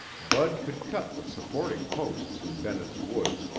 bud could cut the supporting posts in bennett's woods,